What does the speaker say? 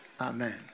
Amen